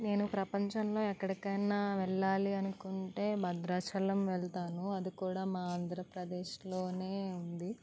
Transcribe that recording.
నేను ప్రపంచంలో ఎక్కడికి అయిన వెళ్ళాలి అనుకుంటే భద్రాచలం వెళ్తాను అది కూడా మా ఆంధ్రప్రదేశ్లోనే ఉంది